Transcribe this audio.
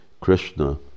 Krishna